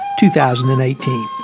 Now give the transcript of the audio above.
2018